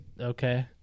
Okay